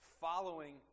following